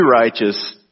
righteous